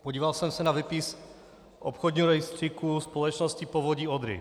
Podíval jsem se na výpis z obchodního rejstříku společnosti Povodí Odry.